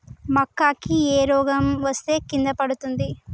మక్కా కి ఏ రోగం వస్తే కింద పడుతుంది?